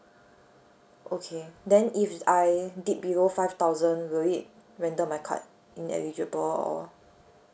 okay then if I dip below five thousand will it render my card ineligible or